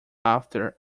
after